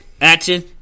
action